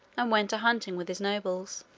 and went a-hunting with his nobles.